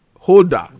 holder